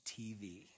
TV